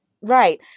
Right